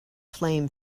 flame